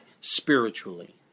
spiritually